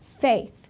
faith